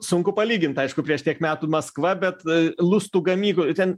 sunku palygint aišku prieš tiek metų maskva bet lustų gamyklo ten